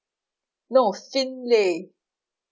no xin li